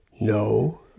no